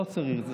לא צריך.